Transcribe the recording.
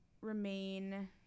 remain